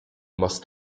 must